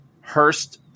Hurst